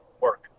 work